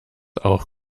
auch